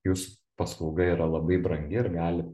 jūsų paslauga yra labai brangi ir gali